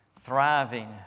thriving